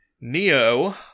Neo